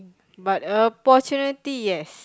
but opportunity yes